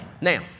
Now